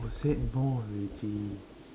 I said no already